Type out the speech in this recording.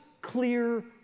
clear